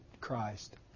Christ